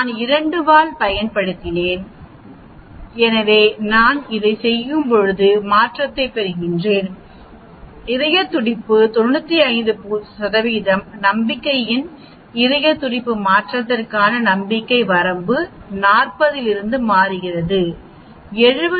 நான் 2 வால் பயன்படுத்தினேன் எனவே நான் அதைச் செய்யும்போது மாற்றத்தை பெறுகிறேன் இதய துடிப்பு 95 நம்பிக்கையில் இதய துடிப்பு மாற்றத்திற்கான நம்பிக்கை வரம்பு 40 இருந்து மாறுகிறது 70